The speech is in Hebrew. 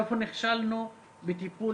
איפה נכשלנו בטיפול,